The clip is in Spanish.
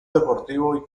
deportivo